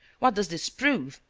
what does this prove?